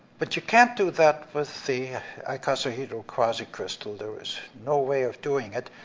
but you can't do that with the icosahedral quasicrystal, there was no way of doing it.